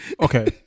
okay